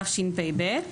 תשפ"ב.